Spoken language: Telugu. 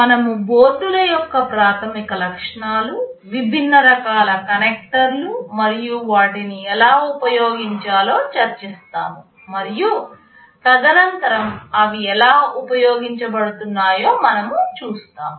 మనము బోర్డుల యొక్క ప్రాథమిక లక్షణాలు విభిన్న రకాల కనెక్టర్లు మరియు వాటిని ఎలా ఉపయోగించాలో చర్చిస్తాము మరియు తదనంతరం అవి ఎలా ఉపయోగించబడుతున్నాయో మనం చూస్తాము